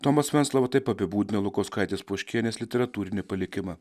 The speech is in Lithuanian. tomas venclova taip apibūdina lukauskaitės poškienės literatūrinį palikimą